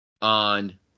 on